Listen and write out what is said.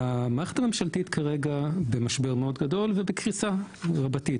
המערכת הממשלתית נמצאת כרגע במשבר מאוד גדול ובקריסה רבתי,